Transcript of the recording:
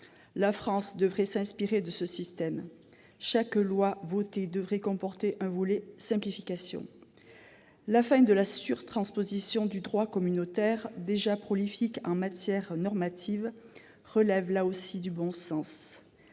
La France devrait s'inspirer de ce système. Chaque loi votée devrait comporter un volet « simplification ». La fin de la surtransposition du droit communautaire, déjà prolifique en matière normative, relève également du bon sens.